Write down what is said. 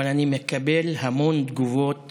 אבל אני מקבל המון תגובות